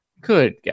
Good